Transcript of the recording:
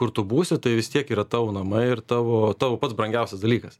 kur tu būsi tai vis tiek yra tavo namai ir tavo tavo pats brangiausias dalykas